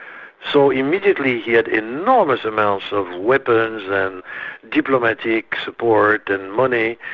so immediately he had enormous amounts of weapons and diplomatic support and money,